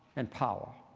and power.